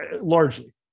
largely